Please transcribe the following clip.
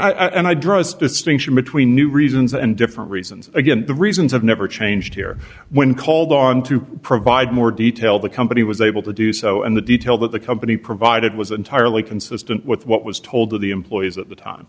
right and i drove distinction between new reasons and different reasons again the reasons have never changed here when called on to provide more detail the company was able to do so and the detail that the company provided was entirely consistent with what was told to the employees at the time